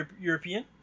European